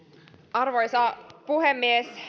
arvoisa puhemies